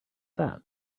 that